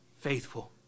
faithful